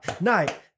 night